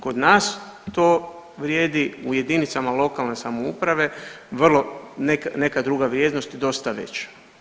Kod nas to vrijedi u jedinicama lokalne samouprave vrlo neka druga vrijednost dosta veća.